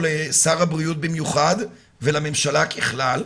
אני קורא פה לשר הבריאות במיוחד ולממשלה ככלל,